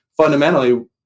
fundamentally